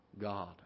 God